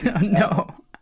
No